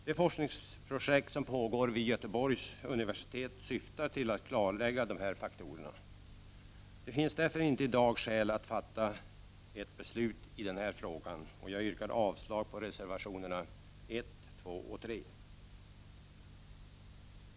Det forskningsprojekt som pågår vid Göteborgs universitet syftar till att klarlägga dessa faktorer. Det finns därför inte i dag skäl att fatta beslut i den frågan. Jag yrkar avslag på reservationerna 1, 2 och 3.